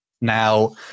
Now